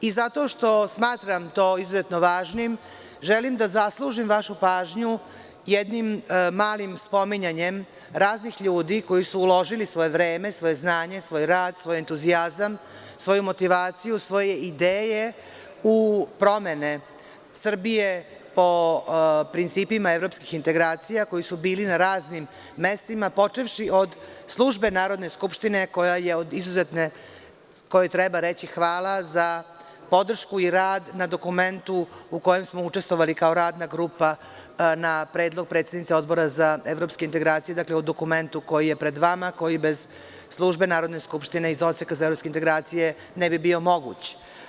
I zato što smatram to izuzetno važnim, želim da zaslužim vašu pažnju jednim malim spominjanjem raznih ljudi koji su uložili svoje vreme, svoje znanje, svoj rad, svoj entuzijazam, svoju motivaciju, svoje ideje u promene Srbije po principima evropskih integracija koji su bili na raznim mestima počevši od službe Narodne skupštine kojoj treba reći hvala za podršku i rad na dokumentu u kojem smo učestvovali kao radna grupa na predlog predsednice Odbora za evropske integracije, dakle, o dokumentu koji je pred vama, koji bez službe Narodne skupštine iz Odseka za evropske integracije ne bi bio moguć.